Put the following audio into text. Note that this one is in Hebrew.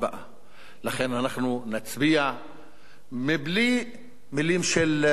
לכן אנחנו נצביע בלי מלים של יחסי ציבור,